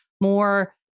more